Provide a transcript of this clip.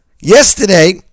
Yesterday